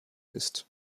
ist